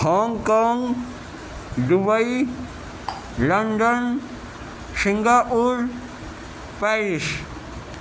Hong Kong Dubai London Singapore Paris